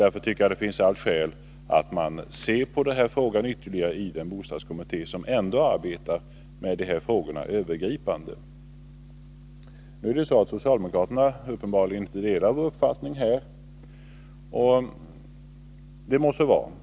Därför finns det alla skäl för den bostadskommitté som övergripande arbetar med dessa frågor att ytterligare se på just den här frågan. Nu delar socialdemokraterna uppenbarligen inte vår uppfattning, och det må så vara.